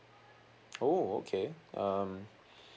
oh okay um